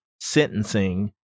sentencing